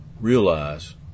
realize